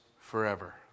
forever